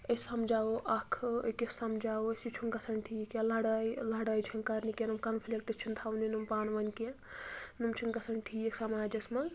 أسۍ سَمجاوو اکھ أکِس سَمجاوو أسۍ یہِ چھُ نہٕ گژھان ٹھیٖک کیٚنٛہہ لڑایہِ لڑاے چھنہٕ کرنہِ کیٚنٛہہ کَنفِلِکٹ چھُ نہٕ تھاوُن پانہٕ ؤنۍ کیٚنٛہہ یم چھنہٕ گژھان ٹھیٖک سَماجس منٛز